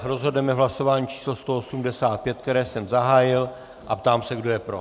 Rozhodneme v hlasování číslo 185, které jsem zahájil, a ptám se, kdo je pro.